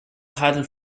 titled